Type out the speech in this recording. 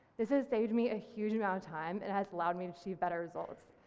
this has saved me a huge amount of time, it has allowed me to achieve better results.